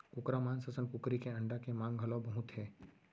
कुकरा मांस असन कुकरी के अंडा के मांग घलौ बहुत हे